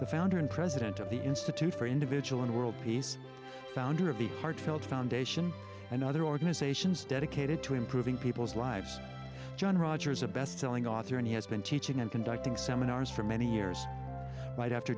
the founder and president of the institute for individual and world peace founder of the heartfelt foundation and other organizations dedicated to improving people's lives john rogers a bestselling author and he has been teaching and conducting seminars for many years right after